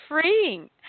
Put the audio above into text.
freeing